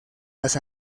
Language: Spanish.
las